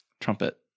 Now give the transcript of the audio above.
trumpet